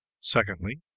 Secondly